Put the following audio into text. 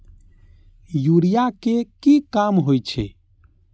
Urea के की काम होई छै?